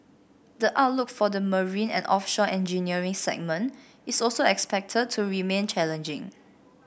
the outlook for the marine and offshore engineering segment is also expected to remain challenging